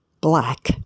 black